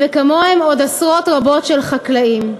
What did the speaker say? וכמוהם עוד עשרות רבות של חקלאים.